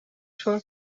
szło